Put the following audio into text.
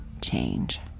change